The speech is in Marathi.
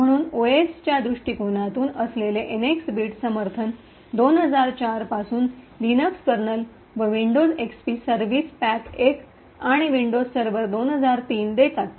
म्हणून ओएसच्या दृष्टीकोनातून असलेले एनएक्स बिट समर्थन २००४ पासून लिनक्स कर्नल्स व विंडोज एक्सपी सर्व्हिस पॅक १ आणि विंडोज सर्व्हर २००३ देतात